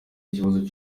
ikibazo